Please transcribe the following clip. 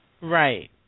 Right